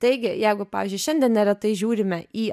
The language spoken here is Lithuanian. taigi jeigu pavyzdžiui šiandien neretai žiūrime į